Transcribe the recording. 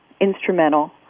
instrumental